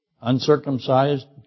uncircumcised